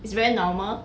it's very normal